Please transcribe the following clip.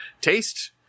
taste